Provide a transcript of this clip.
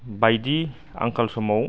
बायदि आंखाल समाव